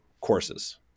courses